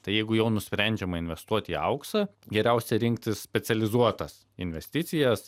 tai jeigu jau nusprendžiama investuoti į auksą geriausia rinktis specializuotas investicijas